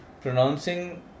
Pronouncing